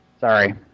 Sorry